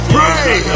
Pray